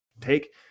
take